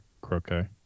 croquet